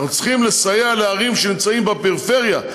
אנחנו צריכים לסייע לערים שנמצאות בפריפריה,